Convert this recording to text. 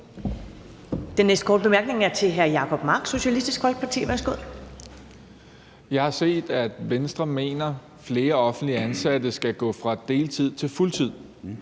Den næste korte bemærkning er til hr. Jacob Mark, Socialistisk Folkeparti. Værsgo. Kl. 10:35 Jacob Mark (SF): Jeg har set, at Venstre mener, at flere offentligt ansatte skal gå fra deltid til fuldtid.